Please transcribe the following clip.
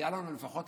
היה לנו לפחות